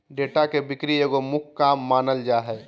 data के बिक्री एगो मुख्य काम मानल जा हइ